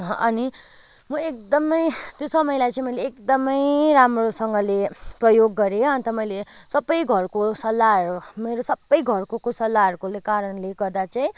अनि म एकदमै त्यो समयलाई चाहिँ मैले एकदमै राम्रोसँगले प्रयोग गरेँ अन्त मैले सबै घरको सल्लाहहरू मेरो सबै घरको सल्लाहहरूको कारणले गर्दा चाहिँ